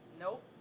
nope